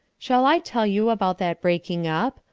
shall i tell you about that breaking up?